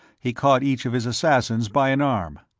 he caught each of his assassins by an arm.